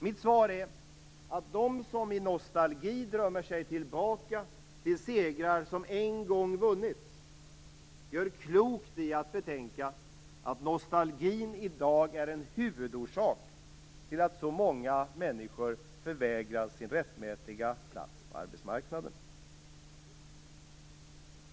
Mitt svar är att de som i nostalgi drömmer sig tillbaka till segrar som en gång vunnits gör klokt i att betänka att nostalgin i dag är en huvudorsak till att så många människor förvägras sin rättmätiga plats på arbetsmarknaden.